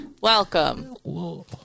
Welcome